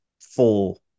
full